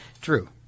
True